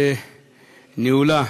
בניהולה